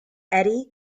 eddy